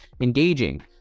engaging